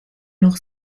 noch